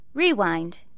Rewind